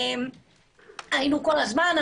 אנחנו היינו כל הזמן.